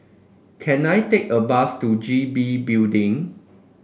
can I take a bus to G B Building